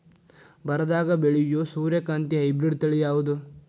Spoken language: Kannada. ಬರದಾಗ ಬೆಳೆಯೋ ಸೂರ್ಯಕಾಂತಿ ಹೈಬ್ರಿಡ್ ತಳಿ ಯಾವುದು?